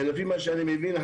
לפי מה שאני מבין,